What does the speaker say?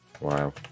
Wow